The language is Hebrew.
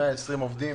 כ-120 עובדים